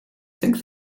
think